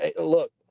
look